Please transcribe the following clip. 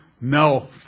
No